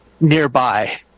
nearby